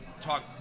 talk